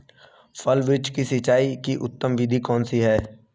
फल वृक्ष की सिंचाई की उत्तम विधि कौन सी है?